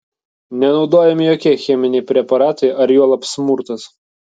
nenaudojami jokie cheminiai preparatai ar juolab smurtas